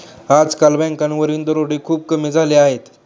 आजकाल बँकांवरील दरोडे खूप कमी झाले आहेत